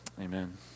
amen